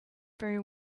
very